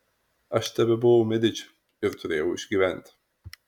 aš tebebuvau mediči ir turėjau išgyventi